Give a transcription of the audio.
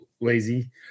lazy